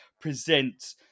present